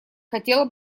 хотела